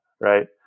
right